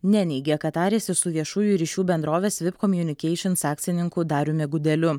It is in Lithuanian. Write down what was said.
neneigė kad tarėsi su viešųjų ryšių bendrovės vip communications akcininku dariumi gudeliu